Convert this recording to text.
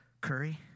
curry